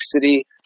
City